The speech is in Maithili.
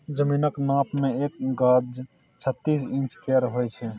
जमीनक नाप मे एक गज छत्तीस इंच केर होइ छै